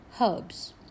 herbs